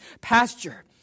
pasture